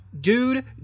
dude